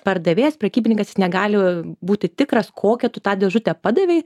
pardavėjas prekybininkas jis negali būti tikras kokią tu tą dėžutę padavei